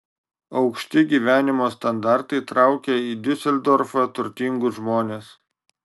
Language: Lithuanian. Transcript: aukšti gyvenimo standartai traukia į diuseldorfą turtingus žmones